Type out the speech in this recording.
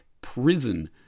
prison